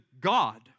God